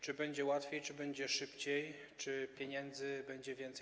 Czy będzie łatwiej, czy będzie szybciej, czy pieniędzy będzie więcej?